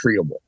treatable